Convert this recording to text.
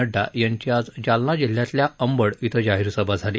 नड्डा यांची आज जालना जिल्ह्यातल्या अंबंड क्वें जाहीरसभा झाली